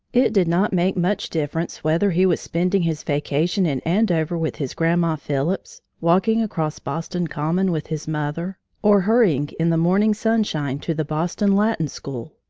it did not make much difference whether he was spending his vacation in andover with his grandma phillips, walking across boston common with his mother, or hurrying in the morning sunshine to the boston latin school,